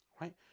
Right